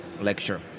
lecture